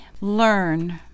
learn